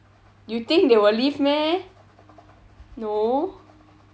ya you think they will lift meh no